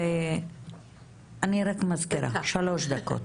אני מזכירה, שלוש דקות.